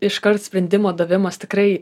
iškart sprendimo davimas tikrai